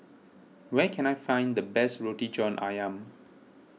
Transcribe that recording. where can I find the best Roti John Ayam